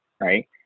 right